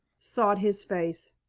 sought his face.